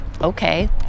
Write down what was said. okay